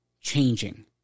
changing